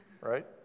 right